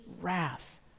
wrath